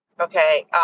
okay